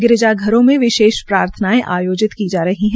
गिरजाघरों में विशेष प्रार्थनायें आयोजित की जा रही है